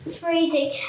freezing